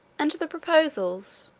and the proposals,